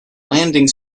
landing